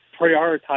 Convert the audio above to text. prioritize